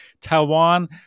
Taiwan